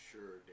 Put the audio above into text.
Sure